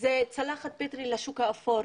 זה פתח לשוק האפור,